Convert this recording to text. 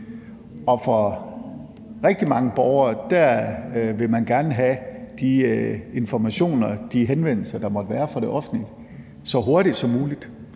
For rigtig mange borgeres vedkommende vil man gerne have de informationer og de henvendelser, der måtte være fra det offentlige, så hurtigt som muligt.